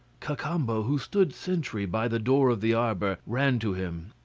cacambo, who stood sentry by the door of the arbour, ran to him.